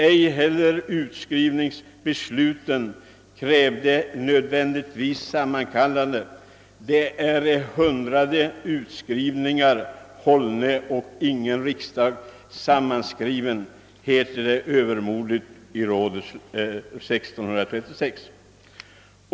Ej heller utskrivningsbesluten krävde nödvändigtvis sammankallande: »det äre hundrade utskrivningar hållne och ingen riksdag sammanskriven» heter det övermodigt i rådet 1636.